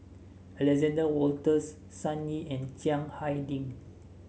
Alexander Wolters Sun Yee and Chiang Hai Ding